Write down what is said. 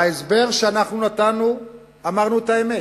בהסבר שנתנו אמרנו את האמת,